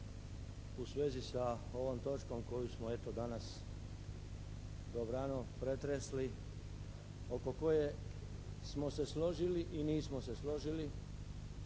u svezi sa ovom točkom koju smo eto danas dobrano pretresli oko koje smo se složili i nismo se složili.